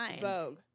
Vogue